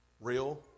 Real